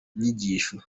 nyigisho